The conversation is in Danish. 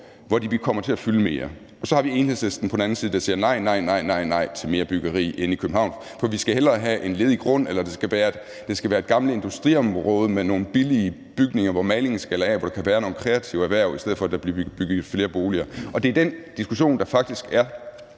hvor de kommer til at fylde mere. Så har vi på den anden side Enhedslisten, der siger nej, nej, nej til mere byggeri inde i København, for vi skal hellere have en ledig grund eller et gammelt industriområde med nogle billige bygninger, hvor malingen skaller af, og hvor der kan være nogle kreative erhverv, i stedet for at der bliver bygget flere boliger. Og det er den diskussion, der faktisk er.